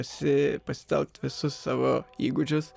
esi pasitelkt visus savo įgūdžius